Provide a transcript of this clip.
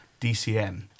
DCM